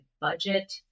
budget